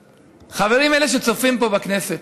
חברים, אלה שצופים פה, בכנסת,